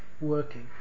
working